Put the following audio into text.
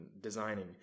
designing